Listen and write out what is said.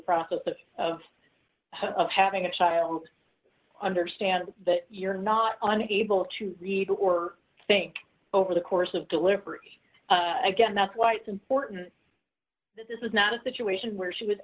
process of having a child understand that you're not on able to read or think over the course of delivery again that's why it's important that this is not a situation where she was